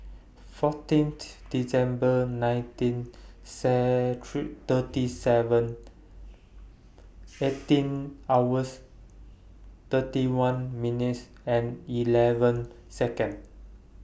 fourteen December nineteen thirty seven eighteen hours thirty one minutes eleven Seconds